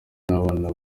n’abana